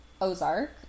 ozark